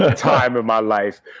ah time of my life.